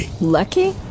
Lucky